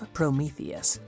Prometheus